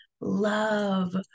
love